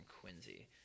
Quincy